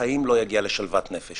בחיים לא יגיע לשלוות נפש.